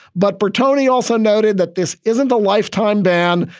but bertoni also noted that this isn't a lifetime ban.